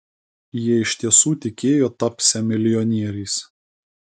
jie iš tiesų tikėjo tapsią milijonieriais